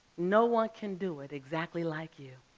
no one can do it exactly like you.